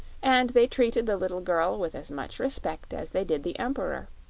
and they treated the little girl with as much respect as they did the emperor,